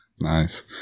Nice